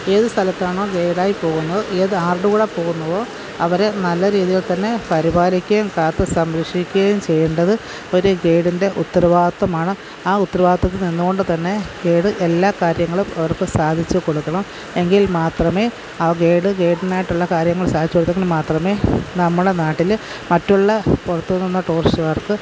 ഏത് സ്ഥലത്താണോ ഗെയ്ഡ് ആയി പോകുന്നത് ഏത് ആരുടെ കൂടെ പോകുന്നുവോ അവർ നല്ല രീതിയില് തന്നെ പരിപാലിക്കുകയും കാത്ത് സംരക്ഷിക്കുകയും ചെയ്യേണ്ടത് ഒരു ഗെയ്ഡിന്റെ ഉത്തരവാദിത്തമാണ് ആ ഉത്തരവാദിതത്തില് നിന്ന് കൊണ്ട് തന്നെ ഗെയ്ഡ് എല്ലാ കാര്യങ്ങളും അവര്ക്ക് സാധിച്ചു കൊടുക്കണം എങ്കില് മാത്രമേ ആ ഗെയ്ഡ് ഗെയ്ടിനായിട്ടുള്ള കാര്യങ്ങള് സാധിച്ചു കൊടുത്തെങ്കില് മാത്രമേ നമ്മളെ നാട്ടിൽ മറ്റുള്ള പുറത്ത് നിന്ന് ടൂറിസ്റ്റ്കാര്ക്ക്